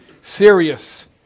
serious